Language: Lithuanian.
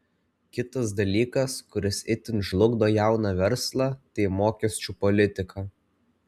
kitas dalykas kuris itin žlugdo jauną verslą tai mokesčių politika